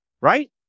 Right